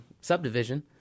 subdivision